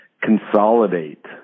consolidate